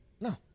No